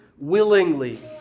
Willingly